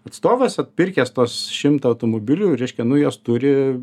atstovas atpirkęs tuos šimtą automobilių reiškia nu juos turi